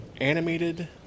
animated